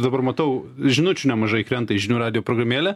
dabar matau žinučių nemažai krenta į žinių radijo programėlę